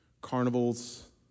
carnivals